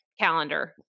calendar